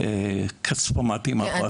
בעניין הכספומטים הפרטיים.